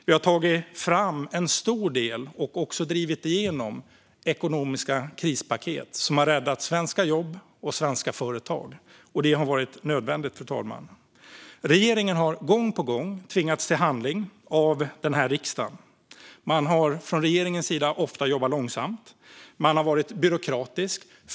Vi har tagit fram en stor del av och drivit igenom ekonomiska krispaket som har räddat svenska jobb och svenska företag. Det har varit nödvändigt. Regeringen har gång på gång tvingats till handling av riksdagen. Regeringen har ofta jobbat långsamt. Man har varit byråkratisk.